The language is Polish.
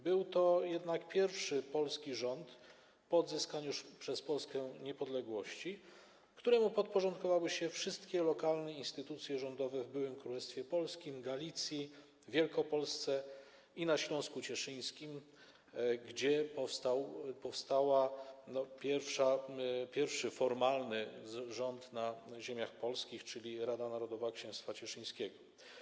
Był to pierwszy polski rząd po odzyskaniu przez Polskę niepodległości, któremu podporządkowały się wszystkie lokalne instytucje rządowe w byłym Królestwie Polskim, Galicji, Wielkopolsce i na Śląsku Cieszyńskim, gdzie powstał pierwszy formalny rząd na ziemiach polskich, czyli Rada Narodowa Księstwa Cieszyńskiego.